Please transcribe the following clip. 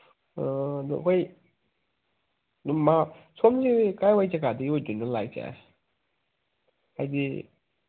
ꯑꯥ ꯑꯗꯨ ꯍꯣꯏ ꯑꯗꯨꯝ ꯃꯥ ꯁꯣꯝꯗꯤ ꯀꯥꯏꯋꯥꯏ ꯖꯒꯥꯗꯒꯤ ꯑꯣꯏꯗꯣꯏꯅꯣ ꯂꯥꯛꯏꯁꯦ ꯍꯥꯏꯗꯤ